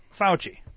Fauci